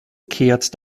kehrt